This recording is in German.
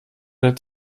der